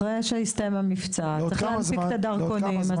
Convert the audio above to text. אחרי שהסתיים המבצע צריך להנפיק את הדרכונים.